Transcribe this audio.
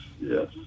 yes